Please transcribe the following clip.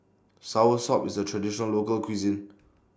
Soursop IS A Traditional Local Cuisine